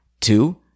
Two